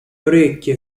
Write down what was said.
orecchie